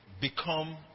become